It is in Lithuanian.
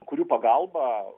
kurių pagalba